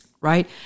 right